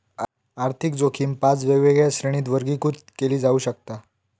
आर्थिक जोखीम पाच वेगवेगळ्या श्रेणींत वर्गीकृत केली जाऊ शकता